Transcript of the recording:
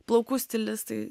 plaukų stilistai